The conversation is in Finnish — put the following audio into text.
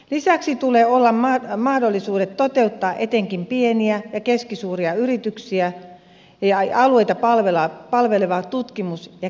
lisäksi tulee olla mahdollisuudet toteuttaa etenkin pieniä ja keskisuuria yrityksiä ja alueita palvelevaa tutkimus ja kehitystoimintaa